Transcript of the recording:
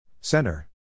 Center